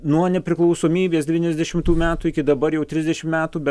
nuo nepriklausomybės devyniasdešimtų metų iki dabar jau trisdešimt metų bet